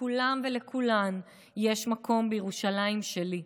לכולם ולכולן יש מקום בירושלים שלי,